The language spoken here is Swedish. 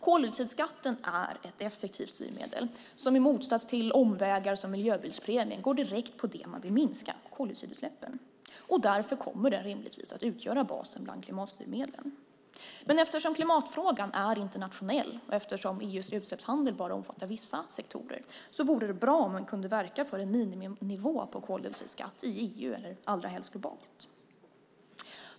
Koldioxidskatten är ett effektivt styrmedel som i motsats till omvägar som miljöbilspremien går direkt på det man vill minska, nämligen koldioxidutsläppen. Därför kommer den rimligtvis att utgöra basen för klimatstyrmedlen. Men eftersom klimatfrågan är internationell och EU:s utsläppshandel endast omfattar vissa sektorer vore det bra om man kunde verka för en miniminivå på koldioxidskatt i EU, och allra helst globalt.